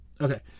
Okay